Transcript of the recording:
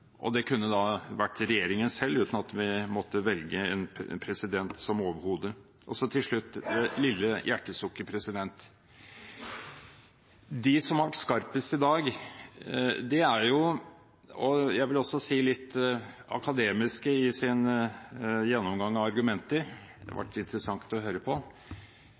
og det kunne da ha vært regjeringen selv, uten at vi måtte velge en president som overhode. Så til slutt dette lille hjertesukket: De som har hatt den skarpeste tonen i dag, og som har vært litt akademiske i sin gjennomgang av argumenter – det har vært interessant å høre på